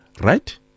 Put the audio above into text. Right